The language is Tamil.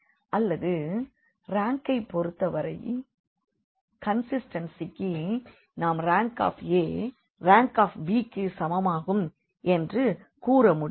அல்லது ரேங்க்கை பொறுத்த வரை கண்சிஸ்டன்சிக்கு RankA Rankbக்கு சமமாகும் என்று நாம் கூற முடியும்